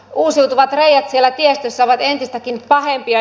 uusiutuvat reiät siellä tiestössä ovat entistäkin pahempia